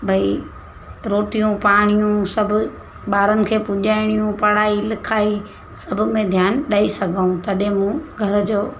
भई रोटियूं पाणियूं सभु ॿारनि खे पुजाइणियूं पढ़ाई लिखाई सभ में ध्यान ॾेई सघूं तॾहिं मूं घर जो